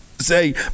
say